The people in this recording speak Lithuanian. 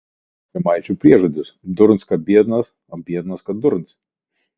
žemaičių priežodis durns ką biednas o biednas ką durns